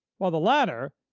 while the latter,